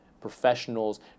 professionals